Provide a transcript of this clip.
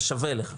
ושווה לך.